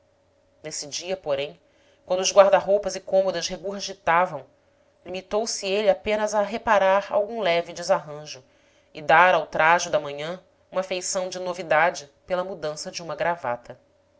nesse dia porém quando os guarda roupas e cômodas regurgitavam limitou-se ele apenas a reparar algum leve desarranjo e dar ao trajo da manhã uma feição de novidade pela mudança de uma gravata